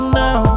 now